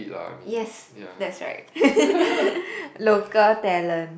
yes that's right local talent